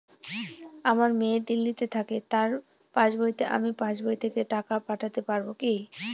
আমার মেয়ে দিল্লীতে থাকে তার পাসবইতে আমি পাসবই থেকে টাকা পাঠাতে পারব কি?